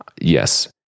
Yes